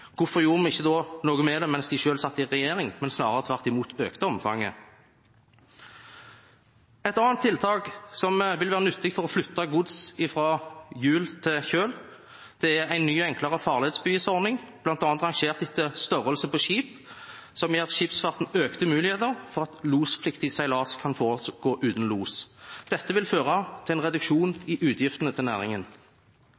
hvorfor gjorde de ikke noe med det mens de selv satt i regjering, men snarere tvert imot økte omfanget? Et annet tiltak som vil være nyttig for å flytte gods fra hjul til kjøl, er en ny og enklere farledsbevisordning, bl.a. rangert etter størrelse på skip, som gir skipsfarten økte muligheter for at lospliktig seilas kan foregå uten los. Dette vil føre til en reduksjon